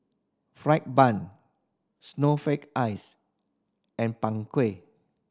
fried bun snowflake ice and Png Kueh